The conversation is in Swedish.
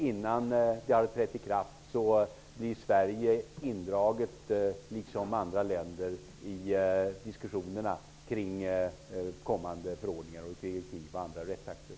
Innan det har trätt i kraft blir Sverige, liksom andra länder, indraget i diskussionerna kring kommande förordningar, direktiv och andra rättsakter.